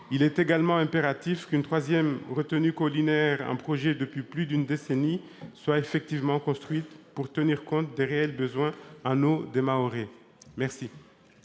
Il est également impératif qu'une troisième retenue collinaire, en projet depuis plus d'une décennie, soit effectivement construite pour tenir compte des réels besoins en eau des Mahorais. La